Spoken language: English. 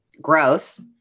Gross